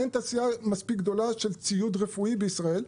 אין תעשיה מספיק גדולה של ציוד רפואי בישראל,